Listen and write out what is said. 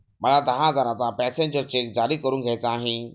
मला दहा हजारांचा पॅसेंजर चेक जारी करून घ्यायचा आहे